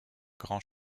grand